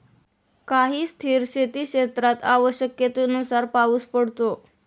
काही स्थिर शेतीक्षेत्रात आवश्यकतेनुसार पाऊस पडतो